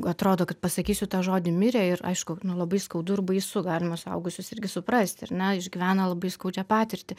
atrodo kad pasakysiu tą žodį mirė ir aišku nu labai skaudu ir baisu galima suaugusius irgi suprasti ar ne išgyvena labai skaudžią patirtį